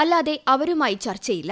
അല്ലാതെ അവരുമായി ചർച്ചയില്ല